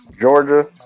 Georgia